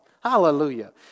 Hallelujah